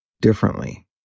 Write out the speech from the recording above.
differently